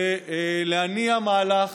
זה להניע מהלך